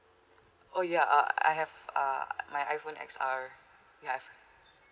oh ya uh I have uh my iphone X_R I have